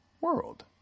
world